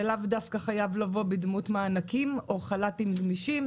זה לאו דווקא חייב לבוא בדמות מענקים או חל"תים גמישים.